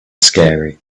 scary